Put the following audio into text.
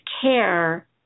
care